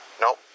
nope